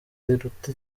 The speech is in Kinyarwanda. riruta